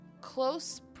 close